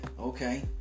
Okay